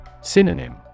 Synonym